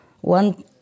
One